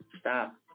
stop